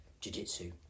Jiu-Jitsu